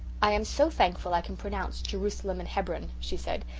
i am so thankful i can pronounce jerusalem and hebron she said.